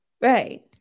Right